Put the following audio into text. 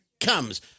comes